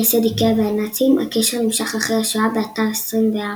מייסד איקאה והנאצים 'הקשר נמשך אחרי השואה', באתר